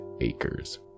acres